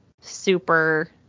super